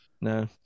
no